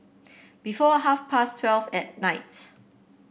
before half past twelve at night